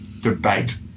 debate